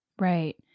Right